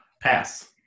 Pass